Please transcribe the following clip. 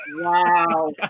Wow